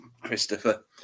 Christopher